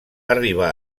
arribar